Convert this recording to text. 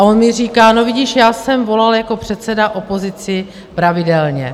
On mi říká: No vidíš, já jsem volal jako předseda opozici pravidelně.